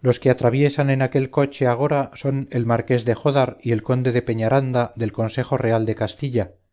los que atraviesan en aquel coche agora son el marqués de jódar y el conde de peñaranda del consejo real de castilla